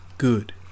Good